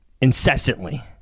incessantly